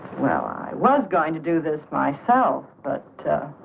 well i was going to do this myself but.